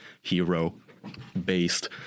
hero-based